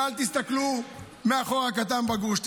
ואל תסתכלו מהחור הקטן בגרוש.